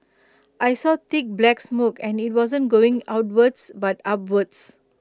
I saw thick black smoke and IT wasn't going outwards but upwards